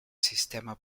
sistema